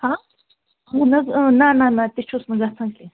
اہن حظ اۭں نَہ نَہ نَہ تہِ چھُس نہٕ گَژھان کیٚنٛہہ